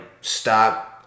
stop